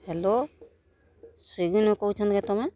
hello ସ୍ୱିଗିନୁ କହୁଛନ୍ କାଏଁ ତମେ